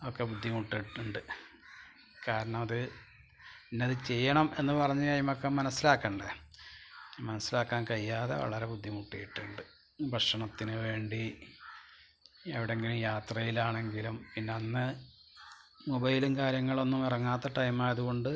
ഒക്കെ ബുദ്ധിമുട്ടിയിട്ടുണ്ട് കാരണം അത് ഇന്നത് ചെയ്യണം എന്ന് പറഞ്ഞ് കഴിയുമ്പോഴേക്ക് മനസ്സിലാക്കേണ്ട മൻസ്സിലാക്കാൻ കഴിയാതെ വളരെ ബുദ്ധിമുട്ടിയിട്ടുണ്ട് ഭക്ഷണത്തിന് വേണ്ടി എവിടെങ്കിലും യാത്രയിലാണെങ്കിലും പിന്നെ അന്ന് മൊബൈലും കാര്യങ്ങളൊന്നും ഇറങ്ങാത്ത ടൈമായതുകൊണ്ട്